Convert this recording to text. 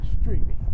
streaming